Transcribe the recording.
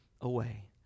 away